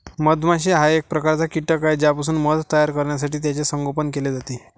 मधमाशी हा एक प्रकारचा कीटक आहे ज्यापासून मध तयार करण्यासाठी त्याचे संगोपन केले जाते